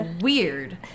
weird